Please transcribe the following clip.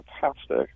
fantastic